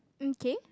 um kay